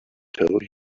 tell